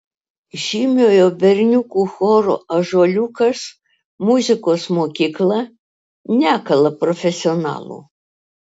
žymiojo berniukų choro ąžuoliukas muzikos mokykla nekala profesionalų